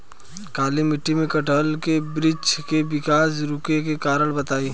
काली मिट्टी में कटहल के बृच्छ के विकास रुके के कारण बताई?